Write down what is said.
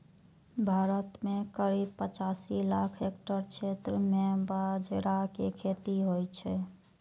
भारत मे करीब पचासी लाख हेक्टेयर क्षेत्र मे बाजरा के खेती होइ छै